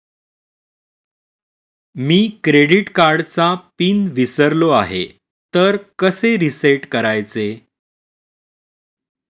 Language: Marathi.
मी क्रेडिट कार्डचा पिन विसरलो आहे तर कसे रीसेट करायचे?